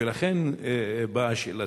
ולכן באה שאלתי.